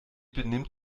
benimmt